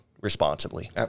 responsibly